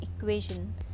equation